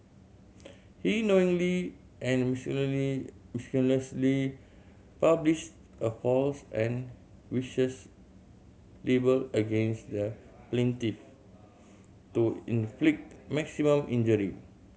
he knowingly and maliciously published a false and vicious libel against the plaintiff to inflict maximum injury